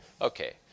Okay